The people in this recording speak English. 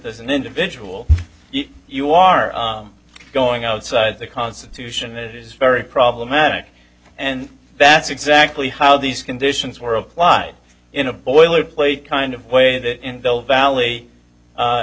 as an individual you are going outside the constitution it is very problematic and that's exactly how these conditions were applied in a boilerplate kind of way that in the valley